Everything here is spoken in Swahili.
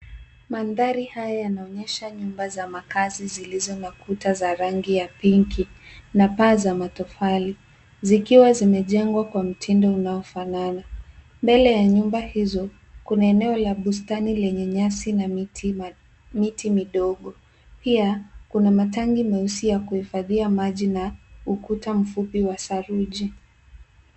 Mandhari haya yanaonyesha nyumba za makazi zilizo na rangi ya pinki na paa za matofali zikiwa zimejengwa kwa mtindo unaofanana. Mbele ya nyumba hizo, kuna eneo la bustani lenye nyasi na miti midogo. Pia kuna matangi meusi ya kuhufadhia maji na ukuta mfupi wa saruji.